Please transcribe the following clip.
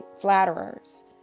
flatterers